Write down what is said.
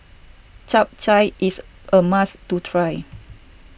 Chap Chai is a must to try